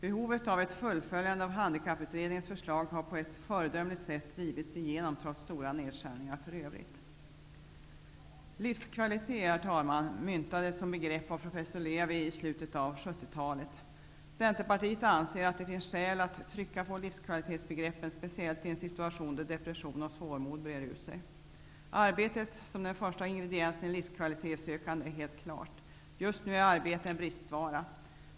Ett full följande av handikapputredningens förslag har på ett föredömligt sätt drivits igenom, trots stora nedskärningar för övrigt. Herr talman! Livskvalitet myntades som be grepp av professor Levi i slutet av 70-talet. Cen terpartiet anser att det finns skäl att trycka på livs kvalitetsbegreppen, speciellt i en situation då de pression och svårmod breder ut sig. Arbetet som den första ingrediensen i livskvalitetssökandet är helt klart. Just nu är arbetet en bristvara.